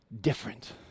different